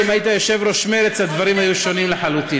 יכול להיות שאם היית יושב-ראש מרצ הדברים היו שונים לחלוטין.